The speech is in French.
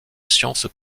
sciences